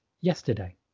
yesterday